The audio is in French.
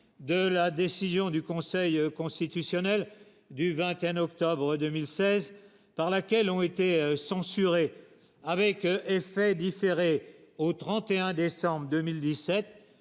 de la décision du Conseil constitutionnel du 21 octobre 2016 par laquelle ont été censurées avec un différé au 31 décembre 2017